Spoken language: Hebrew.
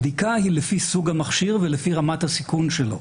הבדיקה היא לפי סוג המכשיר ולפי רמת הסיכון שלו.